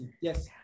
Yes